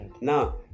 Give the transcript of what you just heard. Now